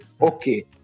okay